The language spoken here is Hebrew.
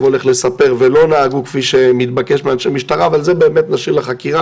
הולך לספר ולא נהגו כפי שמתבקש מאנשי משטרה אבל את זה באמת נשאיר לחקירה,